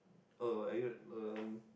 oh are you at um